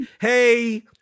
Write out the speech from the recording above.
Hey